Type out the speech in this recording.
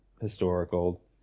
historical